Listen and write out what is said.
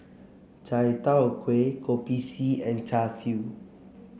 Chai Tow Kuay Kopi C and Char Siu